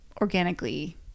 organically